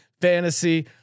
fantasy